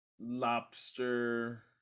lobster